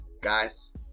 guys